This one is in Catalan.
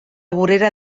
vorera